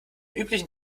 üblichen